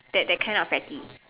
that that kind of petty